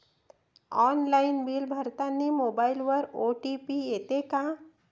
Online bill भरतानी मोबाईलवर OTP येते का?